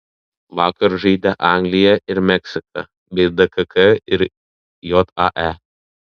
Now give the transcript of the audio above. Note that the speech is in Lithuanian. vakar žaidė anglija ir meksika bei dkk ir jae